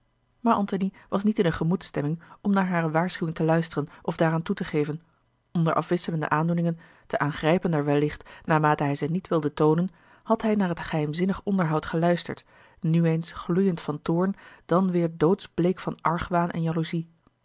maar antony was niet in eene gemoedsstemming om naar hare waarschuwing te luisteren of daaraan toe te geven onder afwisselende aandoeningen te aangrijpender wellicht naarmate hij ze niet wilde toonen had hij naar het geheimzinnig onderhoud geluisterd nu eens gloeiend van toorn dan weêr doodsbleek van argwaan en jaloezie